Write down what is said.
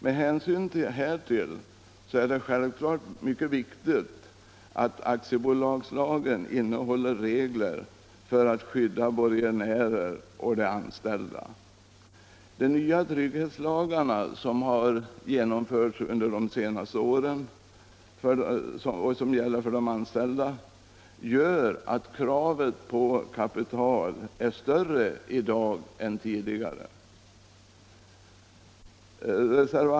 Med hänsyn härtill är det självfallet mycket viktigt att aktiebolagslagen innehåller regler för att skydda borgenärer och de anställda. De nya trygghetslagar till de anställdas skydd som vi fått under de senaste åren gör att kravet på kapital är mycket större i dag än tidigare.